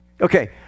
Okay